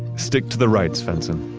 stick to the right, svensson.